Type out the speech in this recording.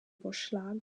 vorschlag